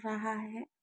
रहा है